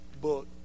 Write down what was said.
book